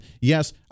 Yes